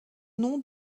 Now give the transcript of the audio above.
nom